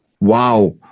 wow